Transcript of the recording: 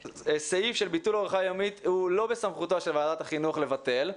הסעיף של ביטול ארוחה יומית הוא לא בסמכותה של ועדת החינוך לבטל.